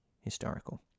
historical